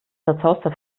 zerzauster